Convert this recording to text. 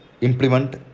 implement